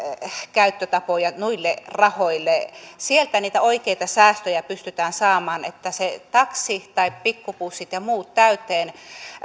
käyttötapoja noille rahoille sieltä niitä oikeita säästöjä pystytään saamaan että se taksi tai pikkubussit ja muut täyteen